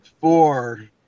four